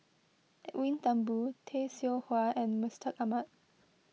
Edwin Thumboo Tay Seow Huah and Mustaq Ahmad